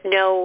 no